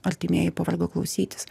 artimieji pavargo klausytis